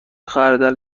خردل